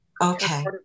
Okay